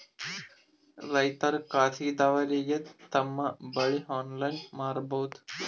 ರೈತರು ಖಾಸಗಿದವರಗೆ ತಮ್ಮ ಬೆಳಿ ಆನ್ಲೈನ್ ಮಾರಬಹುದು?